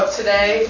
today